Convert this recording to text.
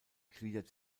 gliedert